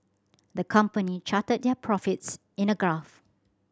the company charted their profits in a graph